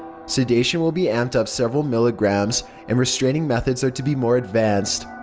sedation will be amped up several milligrams and restraining methods are to be more advanced.